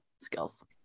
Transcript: skills